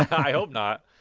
i hope not.